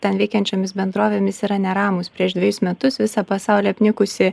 ten veikiančiomis bendrovėmis yra neramūs prieš dvejus metus visą pasaulį apnikusi